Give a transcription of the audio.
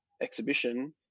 exhibition